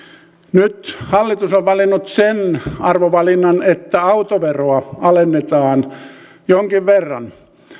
nyt hallitus on valinnut sen arvovalinnan että autoveroa alennetaan jonkin verran